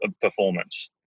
performance